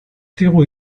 digu